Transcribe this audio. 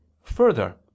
further